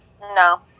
No